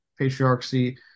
patriarchy